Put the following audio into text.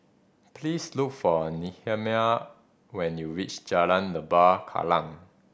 please look for Nehemiah when you reach Jalan Lembah Kallang